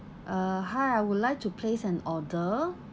uh hi I would like to place an order